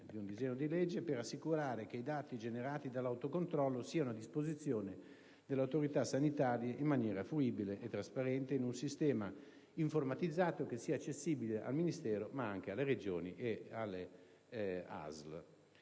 cioè un disegno di legge) per assicurare che i dati generati dall'autocontrollo siano a disposizione delle autorità sanitarie in maniera fruibile e trasparente, in un sistema informatizzato accessibile non solo al Ministero ma anche alle Regioni e alle ASL.